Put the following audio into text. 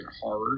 horror